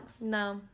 no